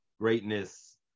greatness